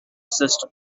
system